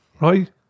right